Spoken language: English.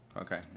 Okay